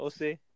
OC